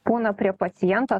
būna prie paciento